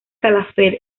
calafell